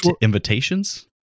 Invitations